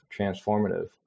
transformative